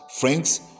Friends